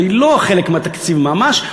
שהיא לא חלק מהתקציב ממש,